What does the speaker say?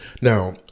now